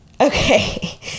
Okay